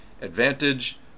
advantage